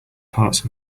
parts